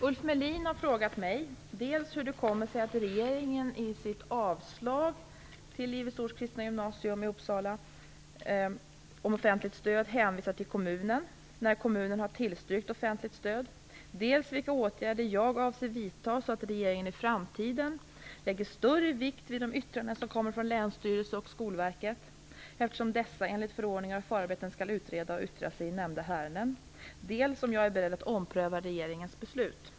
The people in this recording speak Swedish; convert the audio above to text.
Ulf Melin har frågat mig dels hur det kommer sig att regeringen i sitt avslag på ansökan från Livets Ords Kristna Gymnasium i Uppsala om offentligt stöd hänvisar till kommunen, när kommunen har tillstyrkt offentligt stöd, dels vilka åtgärder jag avser vidta så att regeringen i framtiden lägger större vikt vid de yttranden som kommer från länsstyrelse och Skolverket eftersom dessa enligt förordningar och förarbeten skall utreda och yttra sig i nämnda ärenden, dels om jag är beredd att ompröva regeringens beslut.